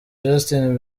justin